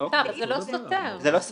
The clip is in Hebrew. זה לא סותר.